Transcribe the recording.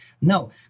no